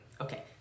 okay